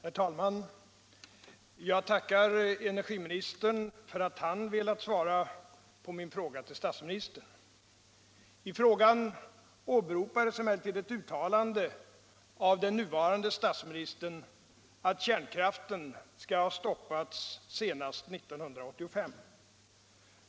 Nr 49 Herr talman! Jag tackar energiministern för att han velat svara på min fråga till statsministern. I frågan åberopades emellertid ett uttalande av den nuvarande statsministern om att kärnkraften skulle stoppas senast 1985.